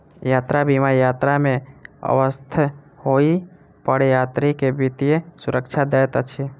यात्रा बीमा यात्रा में अस्वस्थ होइ पर यात्री के वित्तीय सुरक्षा दैत अछि